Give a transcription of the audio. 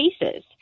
cases